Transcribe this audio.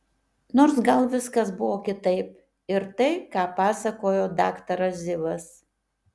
nors gal viskas buvo kitaip ir tai ką pasakojo daktaras zivas